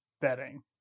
betting